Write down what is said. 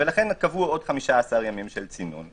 לכן קבעו עוד 15 ימי צינון.